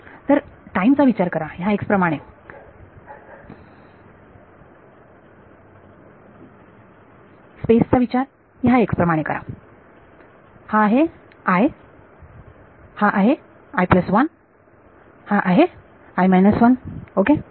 तर टाईम चा विचार करा ह्या x प्रमाणे स्पेस चा विचार ह्या x प्रमाणे करा हा आहे हा आहे हा आहे ओके